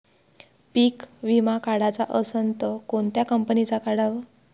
पीक विमा काढाचा असन त कोनत्या कंपनीचा काढाव?